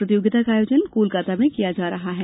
प्रतियोगिता का आयोजन कोलकाता में किया जा रहा है